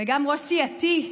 וגם ראש סיעתי,